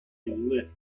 lit